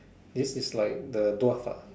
this is like the dwarf ah